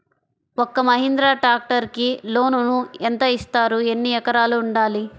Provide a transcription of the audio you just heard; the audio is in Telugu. ఒక్క మహీంద్రా ట్రాక్టర్కి లోనును యెంత ఇస్తారు? ఎన్ని ఎకరాలు ఉండాలి?